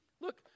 Look